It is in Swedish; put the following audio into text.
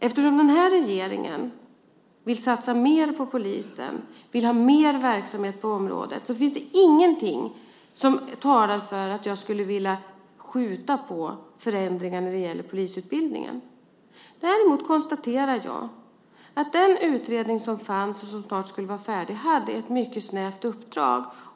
Eftersom den här regeringen vill satsa mer på polisen, vill ha mer verksamhet på området, finns det ingenting som talar för att jag skulle vilja skjuta på förändringar när det gäller polisutbildningen. Däremot konstaterar jag att den utredning som fanns och som snart skulle vara färdig hade ett mycket snävt uppdrag.